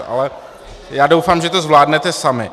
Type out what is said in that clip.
Ale doufám, že to zvládnete sami.